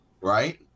Right